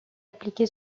appliqué